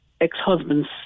ex-husband's